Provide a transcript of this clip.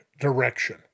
direction